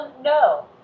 no